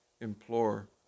implore